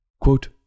Quote